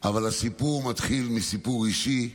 אבל הסיפור מתחיל מסיפור אישי.